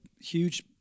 huge